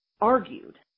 argued